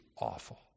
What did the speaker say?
awful